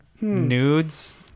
nudes